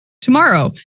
tomorrow